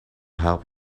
help